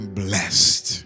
blessed